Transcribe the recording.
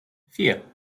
vier